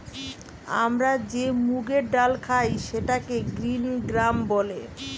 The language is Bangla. আমরা যে মুগের ডাল খাই সেটাকে গ্রিন গ্রাম বলে